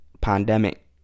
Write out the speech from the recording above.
pandemic